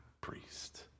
priest